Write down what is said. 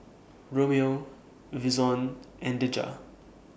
Romeo Vinson and Deja